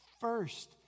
first